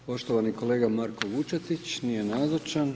Poštovana kolega Marko Vučetić, nije nazočan.